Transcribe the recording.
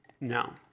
No